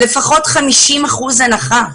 לפחות 50 אחוזים הנחה.